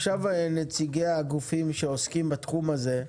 עכשיו נציגי הגופים שעוסקים בתחום הזה.